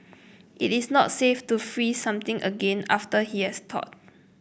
it is not safe to freeze something again after he has thawed